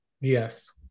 Yes